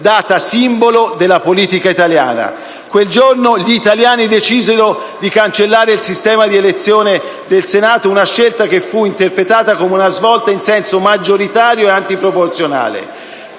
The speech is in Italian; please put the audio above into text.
data simbolo della politica italiana. Quel giorno gli italiani decisero di cancellare il sistema di elezione del Senato, una scelta che fu interpretata come una svolta in senso maggioritario e antiproporzionale.